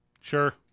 Sure